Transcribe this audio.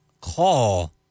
call